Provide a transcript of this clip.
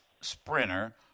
sprinter